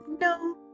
no